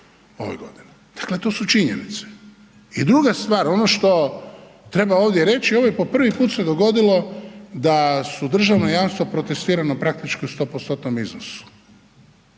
ove godine, dakle to su činjenice. I druga stvar, ono što treba ovdje reći, ovo je po prvi put se dogodilo da su državna jamstva protestirana praktično u 100%-tnom iznosu.